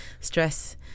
stress